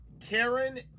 Karen